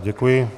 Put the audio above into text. Děkuji.